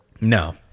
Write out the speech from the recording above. no